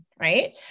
right